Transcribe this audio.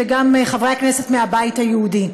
וגם חברי הכנסת מהבית היהודי.